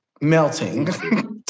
melting